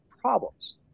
problems